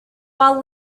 while